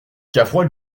cavrois